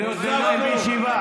קריאות ביניים בישיבה.